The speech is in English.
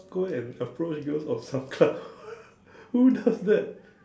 go and approach girls on soundcloud who does that